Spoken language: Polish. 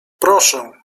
proszę